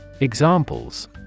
Examples